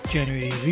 January